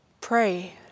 Pray